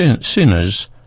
sinners